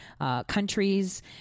countries